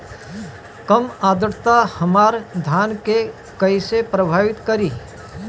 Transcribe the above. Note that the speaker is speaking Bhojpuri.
कम आद्रता हमार धान के कइसे प्रभावित करी?